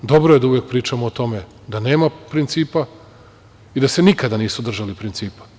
Dobro je da uvek pričamo o tome, da nema principa i da se nikada nisu držali principa.